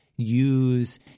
Use